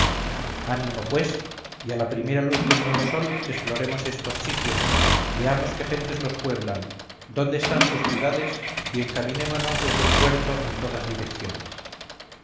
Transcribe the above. animo pues y a la primera luz del nuevo sol exploremos estos sitios veamos qué gentes los pueblan dónde están sus ciudades y encaminémonos desde el puerto en todas direcciones